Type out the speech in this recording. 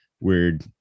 weird